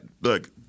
look